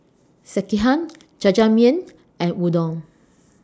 Sekihan Jajangmyeon and Udon